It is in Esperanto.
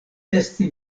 esti